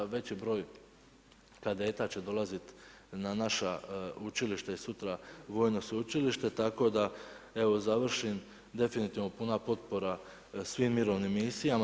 Veći broj kadeta će dolazit na naša učilišta i sutra vojno sveučilište, tako da evo završim definitivno puna potpora svim mirovnim misijama.